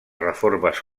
reformes